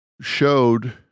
showed